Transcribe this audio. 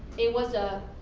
it was ah